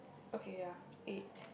okay ya eight